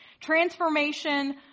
Transformation